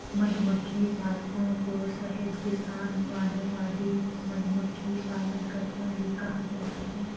मधुमक्खी पालकों को शहद किसान, वानरवादी, मधुमक्खी पालनकर्ता भी कहा जाता है